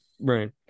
right